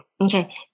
Okay